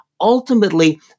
ultimately